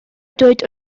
dweud